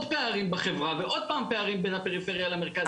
פערים בחברה ועוד פעם פערים בין הפריפריה למרכז.